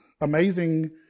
amazing